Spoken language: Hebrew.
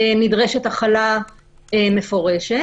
נדרשת החלה מפורשת.